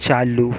चालू